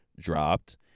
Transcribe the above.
dropped